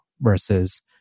versus